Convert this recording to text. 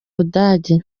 budage